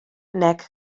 neck